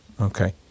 Okay